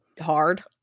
hard